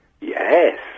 Yes